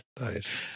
Nice